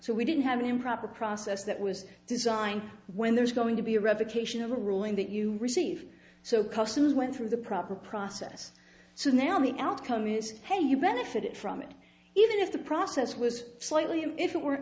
so we didn't have an improper process that was designed when there's going to be a revocation of a ruling that you receive so customs went through the proper process so now the outcome is hey you benefited from it even if the process was slightly if it were